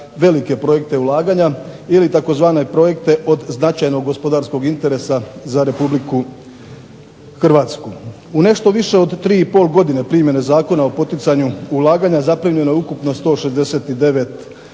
velike projekte ulaganja, ili tzv. projekte od značajnog gospodarskog interesa za Republiku Hrvatsku. U nešto više od 3 i pol godine primjene Zakona o poticanju ulaganja zaprimljeno je ukupno 169 prijava